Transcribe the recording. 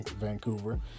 Vancouver